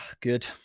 Good